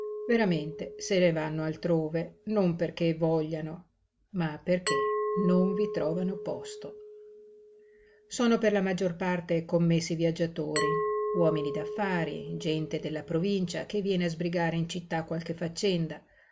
veramente se ne vanno altrove non perché vogliano ma perché non vi trovano posto sono per la maggior parte commessi viaggiatori uomini d'affari gente della provincia che viene a sbrigare in città qualche faccenda